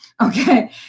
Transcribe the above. okay